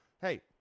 hey